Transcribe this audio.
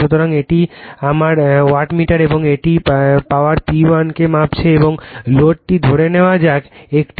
সুতরাং এটি আমার ওয়াটমিটার এবং এটি পাওয়ার P1 কে মাপছে এবং লোডটি ধরে নেওয়া যাক একটি